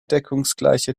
deckungsgleiche